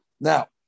Now